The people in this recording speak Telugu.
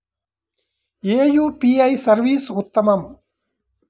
ఏ యూ.పీ.ఐ సర్వీస్ ఉత్తమము?